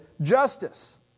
justice